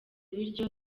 biryo